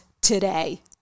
today